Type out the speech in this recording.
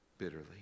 bitterly